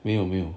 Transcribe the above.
没有没有